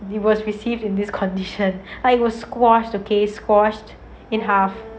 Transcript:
it was received in this condition I was squashed okay squashed in half